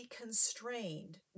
constrained